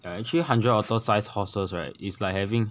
ya actually hundred otter sized horses right is like having